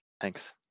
Thanks